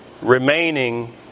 Remaining